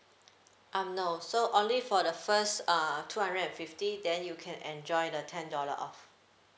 um no so only for the first err two hundred and fifty then you can enjoy the ten dollar off